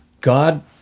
God